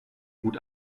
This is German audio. gut